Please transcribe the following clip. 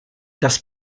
das